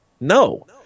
No